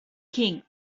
king